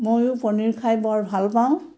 ময়ো পনীৰ খাই বৰ ভাল পাওঁ